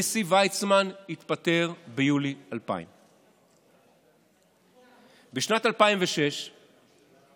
הנשיא ויצמן התפטר ביולי 2000. בשנת 2006 נחקר